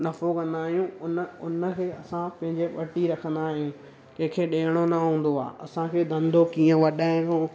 नफ़ो कंदा आहियूं उन उनखे असां पेंजे वठि ई रखंदा आहियूं कंहिंखे ॾियणो न हूंदो आहे असांखे धंधो कीअं वधाइणो